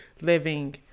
living